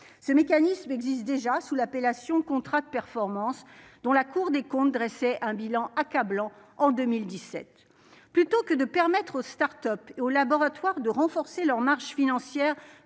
ce mécanisme existe déjà sous l'appellation contrats de performance dont la Cour des comptes dressait un bilan accablant, en 2017 plutôt que de permettre aux Start-Up, aux laboratoires de renforcer leurs marges financières,